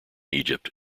egypt